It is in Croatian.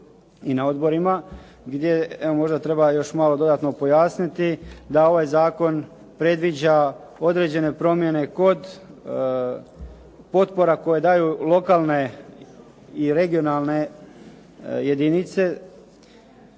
i na odborima gdje evo možda treba još malo dodatno pojasniti da ovaj zakon predviđa određene promjene kod potpora koje daju lokalne i regionalne jedinice